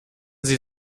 sie